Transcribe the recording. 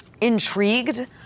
intrigued